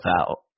out